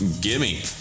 gimme